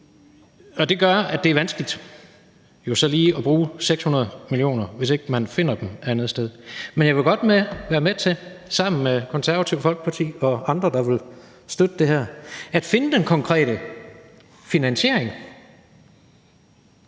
kr. Det gør, at det er vanskeligt lige at bruge 600 mio. kr., hvis man ikke finder dem et andet sted. Men jeg vil godt være med til sammen med Det Konservative Folkeparti og andre, der vil støtte det her, at finde den konkrete finansiering